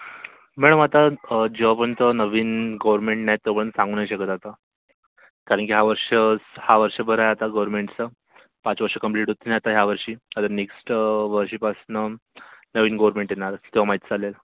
madam आता जेव्हापर्यंत नवीन गव्हर्मेंट नाही येत तोपर्यंत सांगू नाही शकत आता कारण की हा वर्ष हा वर्षभर आहे आता गव्हर्मेन्टचं पाच वर्ष कंप्लीट होतील ना ह्यावर्षी आता नेक्स्ट वर्षीपासनं नवीन गव्हर्मेंट येणार तेव्हा माहीत चालेल